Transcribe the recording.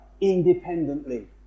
independently